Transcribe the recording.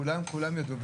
כולם, כולם ידעו.